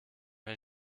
ein